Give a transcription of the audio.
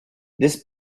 this